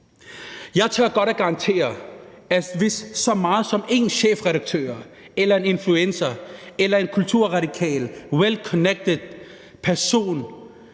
Jeg tør godt garantere, at hvis så meget som en chefredaktør eller en influencer eller en kulturradikal well connected person